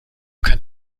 kann